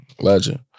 Legend